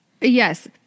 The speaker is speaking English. yes